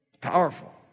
Powerful